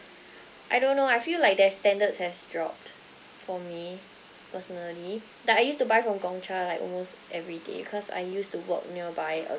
I don't know I feel like their standards has dropped for me personally but I used to buy from gong cha like almost every day cause I used to work nearby a